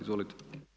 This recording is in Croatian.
Izvolite.